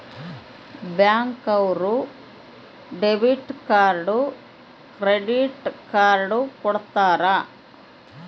bank ಅವ್ರು debit card credit card ಕೊಡ್ತಾರ